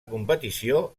competició